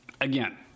Again